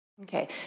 Okay